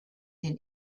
den